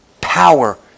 power